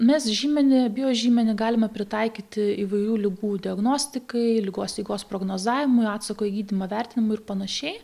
mes žymenį biožymenį galime pritaikyti įvairių ligų diagnostikai ligos eigos prognozavimui atsako į gydymą vertinimui ir panašiai